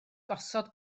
gosod